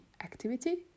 activity